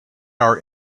our